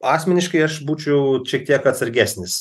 asmeniškai aš būčiau šiek kiek atsargesnis